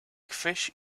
fish